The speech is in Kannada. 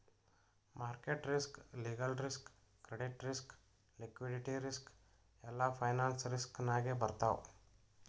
market risk, legal risk, credit risk, liquidity risk ಎಲ್ಲಾ ಫೈನಾನ್ಸ್ ರಿಸ್ಕ್ ನಾಗೆ ಬರ್ತಾವ್